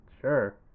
sure